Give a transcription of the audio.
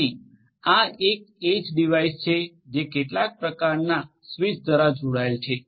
તેથી આ એક એજ ડિવાઇસ છે જે કેટલાક પ્રકારનાં સ્વીચ દ્વારા જોડાયેલ છે